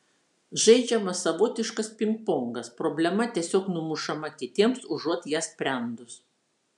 žaidžiamas savotiškas pingpongas problema tiesiog numušama kitiems užuot ją sprendus